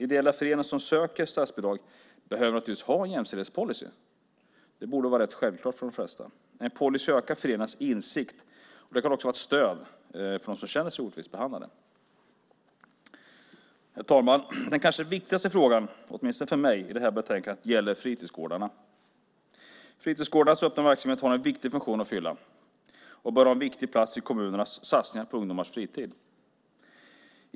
Ideella föreningar som söker statsbidrag behöver naturligtvis ha en jämställdhetspolicy. Det borde vara rätt självklart för de flesta. En policy ökar föreningarnas insikt och kan också vara ett stöd för dem som känner sig orättvist behandlade. Herr talman! Den kanske viktigaste frågan, åtminstone för mig, i det här betänkandet gäller fritidsgårdarna. Fritidsgårdarnas öppna verksamhet har en viktig funktion att fylla och bör ha en viktig plats i kommunernas satsningar på ungdomars fritid.